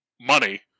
money